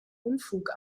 unfug